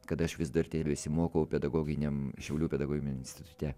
kad aš vis dar tebesimokau pedagoginiam šiaulių pedagoginiam institute